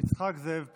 יצחק זאב פינדרוס.